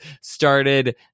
started